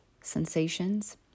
sensations